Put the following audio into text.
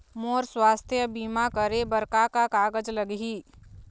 मोर स्वस्थ बीमा करे बर का का कागज लगही?